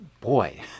Boy